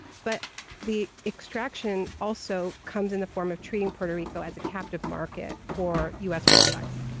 but the extraction also comes in the form of treating puerto rico as a captive market for u. s. products.